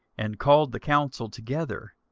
and called the council together,